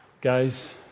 Guys